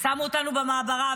שמו אותנו במעברה,